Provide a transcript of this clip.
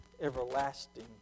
everlasting